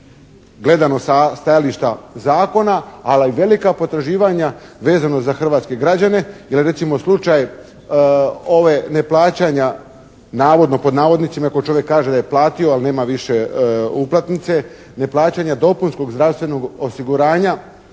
gledano sa stajališta zakona, a velika potraživanja vezano za hrvatske građane. Jer recimo, slučaj, ove, neplaćanja navodno, pod navodnicima, ako čovjek kaže da je platio ali nema više uplatnice, neplaćanja dopunskog zdravstvenog osiguranja